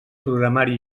programari